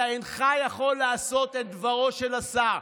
אתה אינך יכול לעשות את דברו של השר.